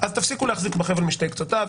אז תפסיקו להחזיק בחבל משתי קצותיו.